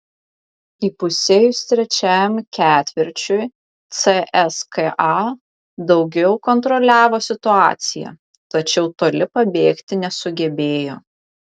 įpusėjus trečiajam ketvirčiui cska daugiau kontroliavo situaciją tačiau toli pabėgti nesugebėjo